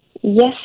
Yes